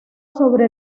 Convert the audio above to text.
sobre